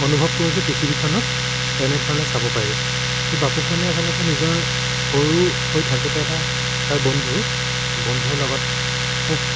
অনুভৱ কৰোঁ যে পৃথিৱীখনক এনেধৰণে চাব পাৰি এই বাপুকণে আচলতে নিজৰ সৰু হৈ থাকোঁতে এটা তাৰ বন্ধু বন্ধুৰ লগত খুব